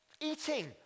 Eating